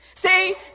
See